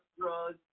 drugs